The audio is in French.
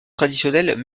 traditionnel